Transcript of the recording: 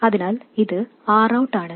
അതിനാൽ ഇത് Rout ആണ് ഇത് Rin ആണ്